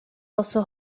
also